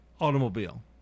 automobile